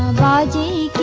da da